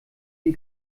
die